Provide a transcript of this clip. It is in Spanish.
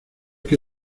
que